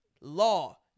law